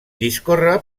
discorre